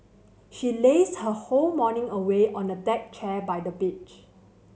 she lazed her whole morning away on a deck chair by the beach